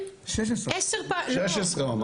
16 הוא אמר.